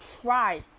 try